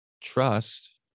trust